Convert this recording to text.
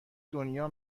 دنیا